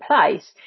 place